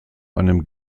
einem